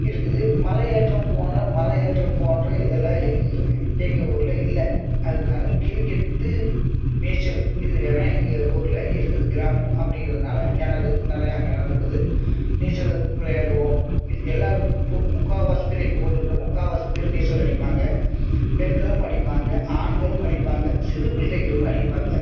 இருக்குது மலை ஏற்றம் போன்ற மலை ஏற்றம் போன்ற இதெல்லாம் எங்கள் எங்கள் ஊரில் இல்லை அதனால கிரிக்கெட்டு நீச்சல் இது வேணால் எங்கள் ஊரில் இருக்குது கிராமம் அப்படிங்கிறதுனால் கிணறு நிறையா கிணறு இருக்குது நீச்சல் விளையாடுவோம் எல்லாேரும் து முக்கால்வாசி பேர் எங்கள் ஊரில் இருக்கிற முக்கால்வாசி பேர் நீச்சல் அடிப்பாங்க பெண்களும் அடிப்பாங்க ஆண்களும் அடிப்பாங்க சிறு பிள்ளைகளும் அடிப்பாங்க